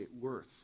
worth